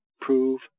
prove